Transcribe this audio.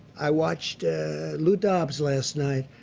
i watched lou dobbs last night,